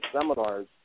seminars